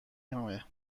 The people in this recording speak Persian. کمه